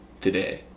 today